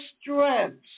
strengths